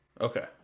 Okay